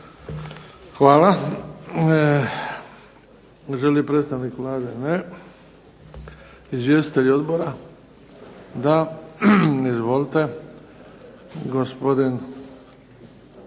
Hvala. Želi li predstavnik Vlade? Ne. Izvjestitelji odbora? Da, izvolite. Gospodin